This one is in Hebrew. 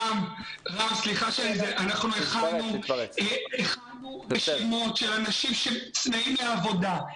אנחנו הכנו רשימות של אנשים שצמאים לעבודה.